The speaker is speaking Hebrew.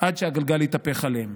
עד שהגלגל התהפך עליהם.